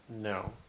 No